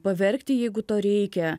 paverkti jeigu to reikia